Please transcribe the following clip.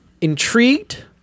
intrigued